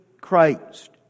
Christ